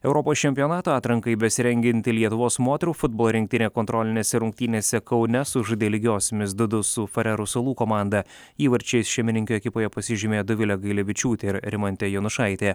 europos čempionato atrankai besirengianti lietuvos moterų futbolo rinktinė kontrolinėse rungtynėse kaune sužaidė lygiosiomis du du su farerų salų komanda įvarčiais šeimininkių ekipoje pasižymėjo dovilė gailevičiūtė ir rimantė jonušaitė